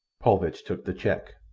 paulvitch took the cheque.